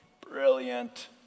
Brilliant